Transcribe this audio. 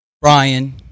Brian